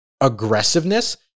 aggressiveness